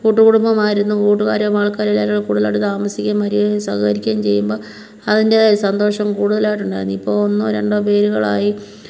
കൂട്ടുകുടുംബമായിരുന്നു കൂട്ടുകാരും ആൾക്കാരും എല്ലാരുമായിട്ട് താമസിക്കുന്ന ഒരു സഹകരിക്കുകയും ചെയ്യുമ്പം അതിൻ്റെതായ സന്തോഷം കൂടുതലായിട്ടുണ്ടായിരുന്നു ഇപ്പോൾ ഒന്നോ രണ്ടോ പേരുകളായി